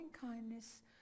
kindness